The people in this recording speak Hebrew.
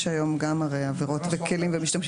יש הרי היום גם עבירות וכלים ומשתמשים.